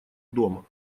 дома